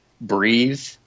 breathe